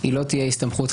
לא תהיה חד-פעמית.